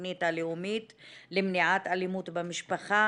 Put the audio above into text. התכנית הלאומית למניעת אלימות במשפחה